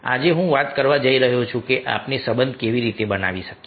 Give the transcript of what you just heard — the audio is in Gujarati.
આજે હું વાત કરવા જઈ રહ્યો છું કે આપણે સંબંધ કેવી રીતે બનાવી શકીએ